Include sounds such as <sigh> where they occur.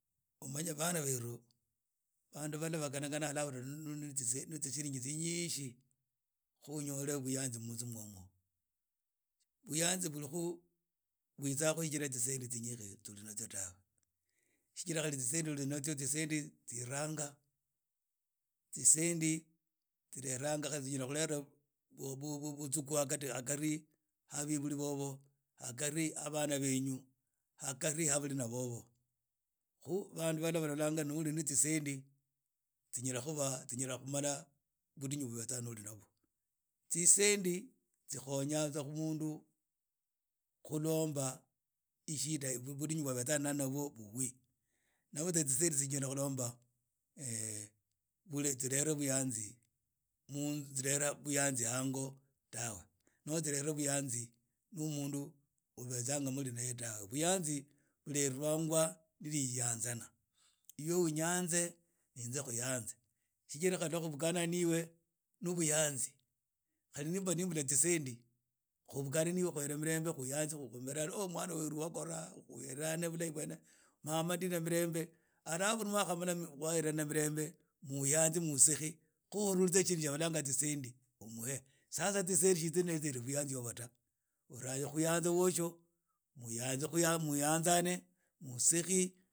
Buyanzi bur hi khu bwutsa khjira tsisendi tsinyihsi tsia oli na tsio tawe tsijira khali tsisendi ni uli natsio tsisendi tsiranga tsendi tsireranga khali tsinyala khulera bu butsuu hakhari kha biburi bobo khakhari ha bana benyu hakhari ha balina bobo khu bandu bala balolanga ni uli na tsisendi tsinyala khuba tsinyala khumala budinyu bwa ubetsa ni uli nabwo tsisendi tsikhonya tsa mundu khullomba ishida budinyu bwa abets abwo buwe na butsa tsisendi tsinyala khulomba <hesitation> bule tsilele buyanzi muu tsilela buyanzi hango tawe noho tsilera buyanzi lwa mundu ubetsanga ni uli naye tawe buyanzi buyanzi bukerwanga na liyanzana iwe unyanze inze khuyanze shijira khali lwa khubughana na iwe nu buyanzi khali ni mb ani mbula tsisendi khubugani na iwe khuhere milembe khuyanzi khubola mwana weru wakhora uhula bulahi bwene ma mbane milembe maa allafu mwkhamala khuherana milembe muyanze musekhe khu uhutse tsa shindu tsia balanga tsisendi omuhe sasa tsisendi ni tsijrena buyanzi ibwo ta urhange khuyanza washe muyanza khu muyanzane musekhi.